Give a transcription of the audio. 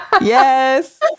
Yes